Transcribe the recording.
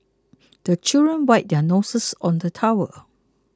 the children wipe their noses on the towel